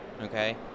okay